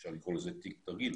אפשר לקרוא לזה תיק תרגיל,